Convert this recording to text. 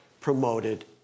promoted